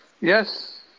Yes